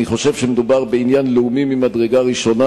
אני חושב שמדובר בעניין לאומי ממדרגה ראשונה.